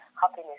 Happiness